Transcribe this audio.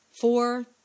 four